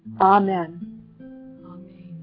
Amen